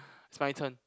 it's my turn